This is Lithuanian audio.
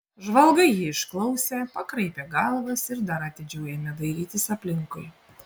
žvalgai jį išklausė pakraipė galvas ir dar atidžiau ėmė dairytis aplinkui